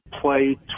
play